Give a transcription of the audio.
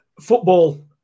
Football